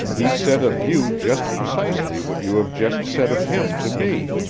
he said of you just precisely what you have just said of him to me.